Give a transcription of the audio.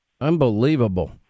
Unbelievable